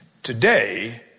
Today